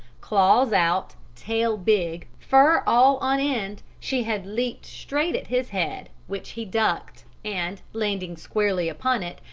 claws out, tail big, fur all on end, she had leaped straight at his head, which he ducked, and, landing squarely upon it,